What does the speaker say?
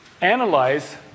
analyze